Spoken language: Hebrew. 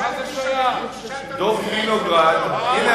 תשאל את מי, מה שייך?